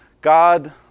God